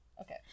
Okay